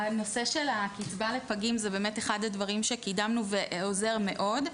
הנושא של הקצבה לפגים זה באמת אחד הדברים שקידמנו ועוזר מאוד,